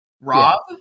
Rob